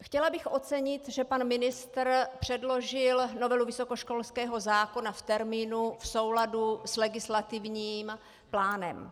Chtěla bych ocenit, že pan ministr předložil novelu vysokoškolského zákona v termínu, v souladu s legislativním plánem.